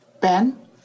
Ben